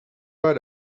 pas